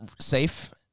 Safe